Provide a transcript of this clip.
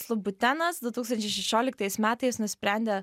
labutenas du tūkstančiai šešiolitais metais nusprendė